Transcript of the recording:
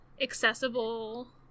accessible